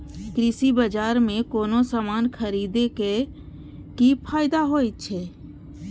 कृषि बाजार में कोनो सामान खरीदे के कि फायदा होयत छै?